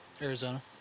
Arizona